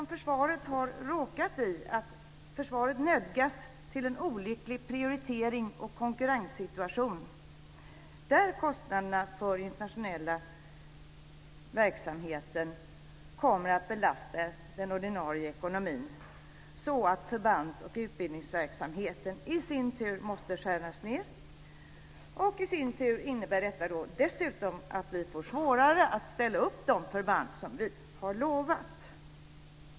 Försvaret har råkat i den situationen att man nödgas till en olycklig prioritering och konkurrenssituation där kostnaderna för internationella verksamheter kommer att belasta den ordinarie ekonomin så att förbands och utbildningsverksamheten i sin tur måste skäras ned. Och i sin tur innebär det dessutom att vi får svårare att ställa upp de förband som vi har lovat.